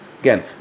Again